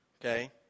Okay